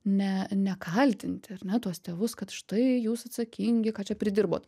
ne nekaltinti ar ne tuos tėvus kad štai jūs atsakingi ką čia pridirbot